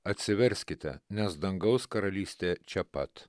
atsiverskite nes dangaus karalystė čia pat